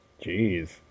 Jeez